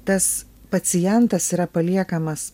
tas pacientas yra paliekamas